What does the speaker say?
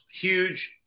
huge